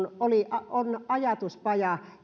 oli ajatuspaja